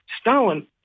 Stalin